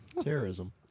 Terrorism